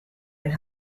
and